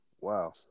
Wow